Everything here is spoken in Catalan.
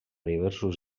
diversos